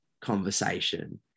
conversation